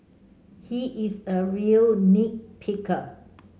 he is a real nit picker